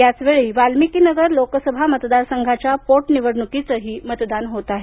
याच वेळी वाल्मिकी नगर लोकसभा मतदार संघाच्या पोट निवडणुकीचही मतदान होत आहे